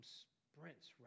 sprints